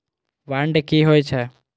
Bond की होई छै?